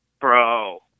bro